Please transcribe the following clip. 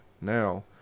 now